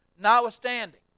notwithstanding